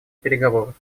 переговоров